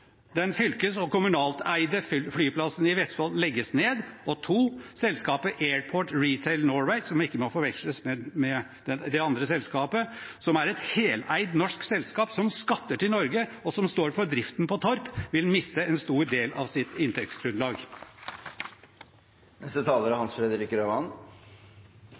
den fylkeseide og kommunalt eide flyplassen i Vestfold legges ned, og det andre er at selskapet Airport Retail Norway, som ikke må forveksles med det andre selskapet, som er et heleid norsk selskap som skatter til Norge, og som står for driften på Torp, vil miste en stor del av sitt inntektsgrunnlag. Kristelig Folkepartis utgangspunkt for denne debatten er